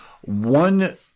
one